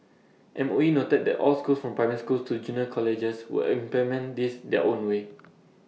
M O E noted that all schools from primary schools to junior colleges will implement this their own way